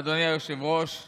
אדוני היושב-ראש תפדל,